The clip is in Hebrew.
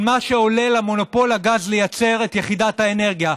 מה שעולה למונופול הגז לייצר את יחידת האנרגיה.